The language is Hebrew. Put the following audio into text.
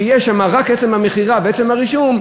ששם יש רק את עצם המכירה ועצם הרישום,